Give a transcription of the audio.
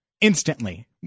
instantly